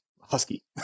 husky